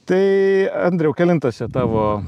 tai andriau kelintas čia tavo